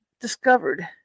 discovered